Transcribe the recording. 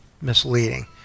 misleading